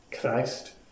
christ